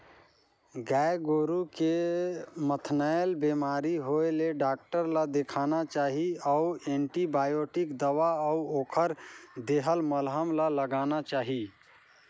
गाय गोरु के म थनैल बेमारी होय ले डॉक्टर ल देखाना चाही अउ एंटीबायोटिक दवा अउ ओखर देहल मलहम ल लगाना चाही